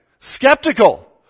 Skeptical